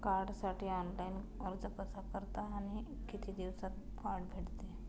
कार्डसाठी ऑनलाइन अर्ज कसा करतात आणि किती दिवसांत कार्ड भेटते?